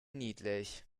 niedlich